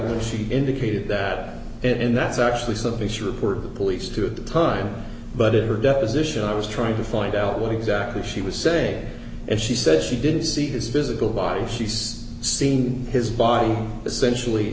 initially she indicated that and that's actually something she reported the police to at the time but in her deposition i was trying to find out what exactly she was saying and she said she didn't see his physical body she's seen his body essentially